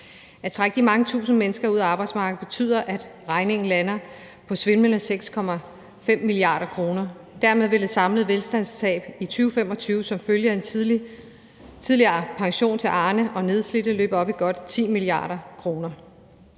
At trække de mange tusinde mennesker ud af arbejdsmarkedet betyder, at regningen lander på svimlende 6,5 mia. kr., og dermed vil det samlede velstandstab i 2025 som følge af en tidligere pension til Arne og nedslidte løbe op i godt 10 mia. kr.